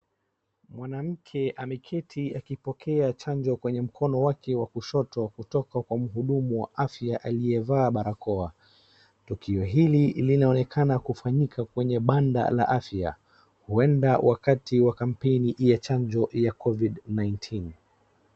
Mwanamke ameketi akipokea chanjo kwenye mkono wake wa kushoto kutoka kwa mhudumu wa afya aliyevaa barakoa. Tukio hili linaonekana kufanyika kwenye banda la afya. Huenda wakati wa kampeni ya chanjo ya Covid nineteen .